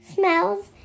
Smells